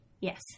yes